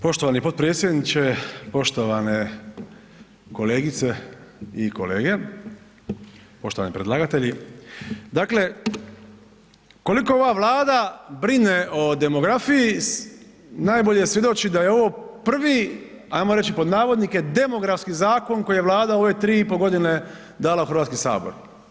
Poštovani potpredsjedniče, poštovane kolegice i kolege, poštovani predlagatelji dakle koliko ova Vlada brine o demografiji najbolje svjedoči da je ovo prvi, ajmo reći pod navodnike demografski zakon koji je Vlada u ove 3,5 godine dala u Hrvatski sabor.